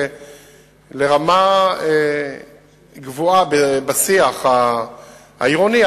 לרמה גבוהה בשיח העירוני,